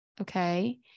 Okay